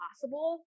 possible